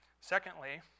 Secondly